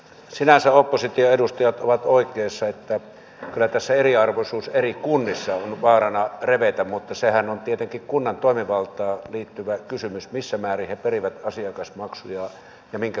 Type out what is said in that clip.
sinänsä opposition edustajat ovat oikeissa että hän kyllä tässä eriarvoisuus eri kunnissa on vaarana revetä mutta oppositio on lähtenyt liikkeelle arvostelemalla hallituksen aloittamia koulutusuudistuksia kautta linjan